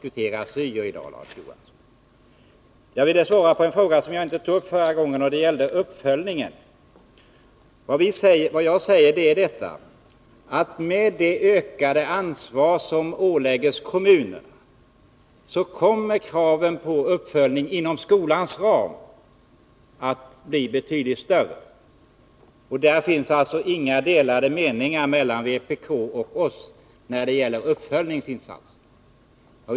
Jag vill svara på en fråga som jag inte tog upp i mitt förra inlägg, och den gällde uppföljningen. Med det ökade ansvar som åläggs kommunerna kommer kraven på uppföljning inom skolans ram att bli betydligt större. Det råder alltså inga delade meningar mellan vpk och oss när det gäller uppföljningsinsatser.